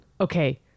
Okay